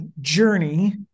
journey